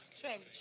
Trench